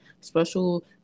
special